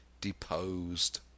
deposed